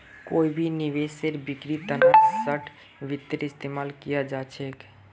कोई भी निवेशेर बिक्रीर तना शार्ट वित्तेर इस्तेमाल कियाल जा छेक